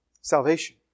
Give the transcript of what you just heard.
Salvation